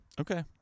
Okay